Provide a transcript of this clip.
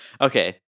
Okay